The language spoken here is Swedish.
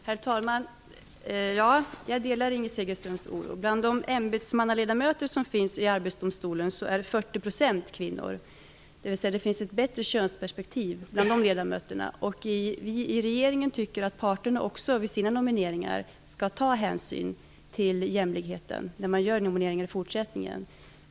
Herr talman! Ja, jag delar Inger Segelströms oro. Bland de ämbetsmannaledamöter som finns i Arbetsdomstolen är 40 % kvinnor. Det finns alltså ett bättre könsperspektiv bland de ledamöterna. Vi i regeringen tycker att också parterna skall ta hänsyn till jämlikheten när man gör sina nomineringar i fortsättningen.